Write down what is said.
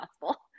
possible